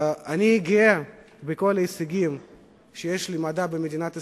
אני גאה בכל ההישגים של המדע במדינת ישראל.